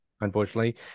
Unfortunately